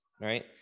right